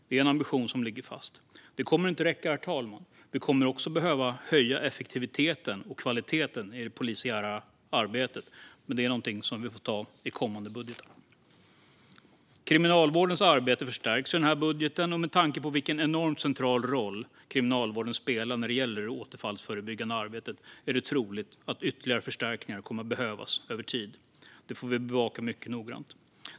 Det kommer inte att räcka, herr talman. Vi kommer också att behöva höja effektiviteten och kvaliteten i det polisiära arbetet. Detta är dock någonting vi får ta i kommande budgetar. Kriminalvårdens arbete förstärks i den här budgeten, och med tanke på vilken enormt central roll Kriminalvården spelar när det gäller återfallsförebyggande arbete är det troligt att ytterligare förstärkningar kommer att behövas över tid. Det får vi bevaka mycket noggrant.